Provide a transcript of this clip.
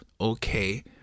Okay